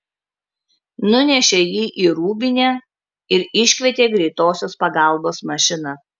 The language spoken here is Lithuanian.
nunešė jį į rūbinę ir iškvietė greitosios pagalbos mašiną